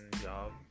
job